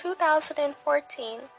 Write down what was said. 2014